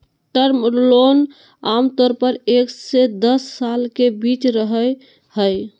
term loan आमतौर पर एक से दस साल के बीच रहय हइ